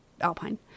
Alpine